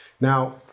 Now